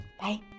Bye